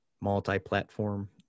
multi-platform